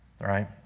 right